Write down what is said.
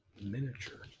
Miniature